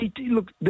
Look